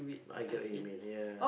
I get what you mean ya